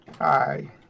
Hi